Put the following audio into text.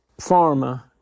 pharma